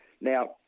Now